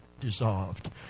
dissolved